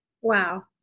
wow